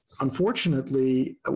unfortunately